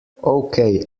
okay